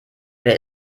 wer